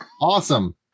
Awesome